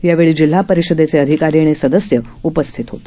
यावेळी जिल्हापरिषदेचे अधिकारी आणि सदस्य उपस्थित होते